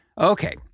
Okay